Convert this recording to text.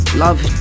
love